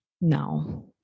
no